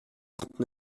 trente